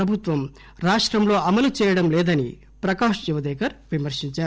ప్రభుత్వం రాష్టంలో అమలు చేయడంలేదని ప్రకాశ్ జవదేకర్ విమర్ఫించారు